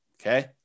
Okay